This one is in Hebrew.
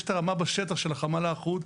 יש את הרמה בשטח של החמ"ל האחוד,